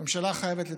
הממשלה חייבת לתפקד.